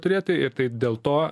turėti ir tai dėl to